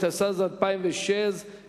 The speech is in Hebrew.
התשס"ז 2006,